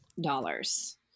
dollars